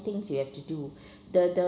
things you have to do the the